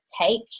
take